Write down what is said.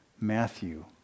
Matthew